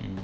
mm